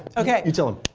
ok. you tell em.